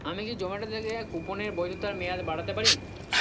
আমি কি জোম্যাটো থেকে কুপনের বৈধতার মেয়াদ বাড়াতে পারি